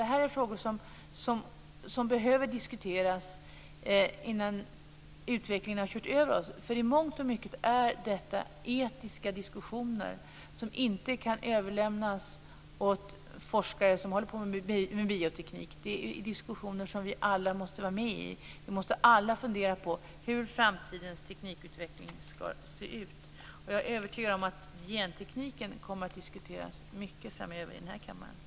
Det här är frågor som behöver diskuteras innan utvecklingen har kört över oss. I mångt och mycket är det etiska diskussioner som inte kan överlämnas åt forskare som håller på med bioteknik. Det är diskussioner som vi alla måste vara med i. Vi måste alla fundera på hur framtidens teknikutveckling ska se ut. Jag är övertygad om att gentekniken kommer att diskuteras mycket framöver i denna kammare.